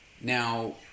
Now